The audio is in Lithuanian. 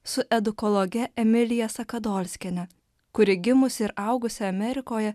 su edukologe emilija sakadolskiene kuri gimusi ir augusi amerikoje